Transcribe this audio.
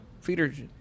feeders